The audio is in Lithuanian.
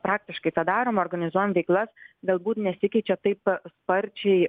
praktiškai tą darom organizuojam veiklas galbūt nesikeičia taip sparčiai